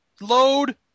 Load